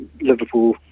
liverpool